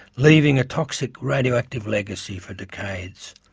leaving a toxic radioactive legacy for decades.